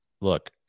look